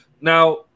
Now